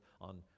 on